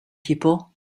people